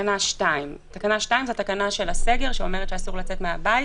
תקנה 2 - תקנה 2 היא התקנה של הסגר שאומרת שאסור לצאת מהבית,